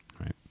right